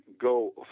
go